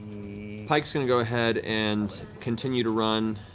pike's going to go ahead and continue to run